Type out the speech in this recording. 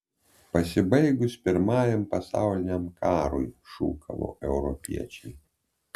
pasibaigus pirmajam pasauliniam karui šūkavo europiečiai